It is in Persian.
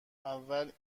اول